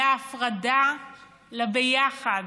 מהפרדה לביחד.